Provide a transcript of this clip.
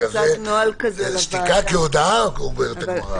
שתיקה כהודאה, אומרת הגמרא.